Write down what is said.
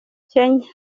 kenya